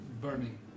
Burning